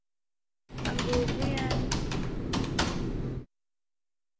अंगूर बी हैन